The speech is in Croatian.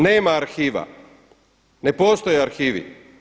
Nema arhiva, ne postoje arhivi.